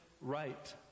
right